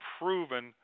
proven